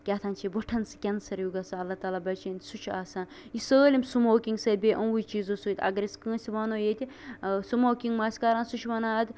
کیٛاہتانۍ چھُ وُٹھن سُہ کینسر ہیٛوٗ گژھان اللہ تالا بَچٲوِنۍ سُہ چھُ آسان یہِ سٲلِم سٔموکِنگ سۭتۍ بیٚیہِ یِموٕے چیٖزَو سۭتۍ اَگر أسۍ کٲنٛسہِ وَنو ییٚتہِ سٔموکِنگ مسا آس کران سُہ چھُ وَنان اَدٕ